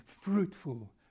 fruitful